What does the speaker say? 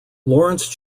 lawrence